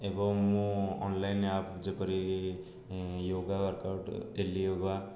ଏବଂ ମୁଁ online app ଯେପରି ୟୋଗା ୱାର୍କାଉଟ୍ ଡେଲି ୟୋଗା